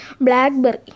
Blackberry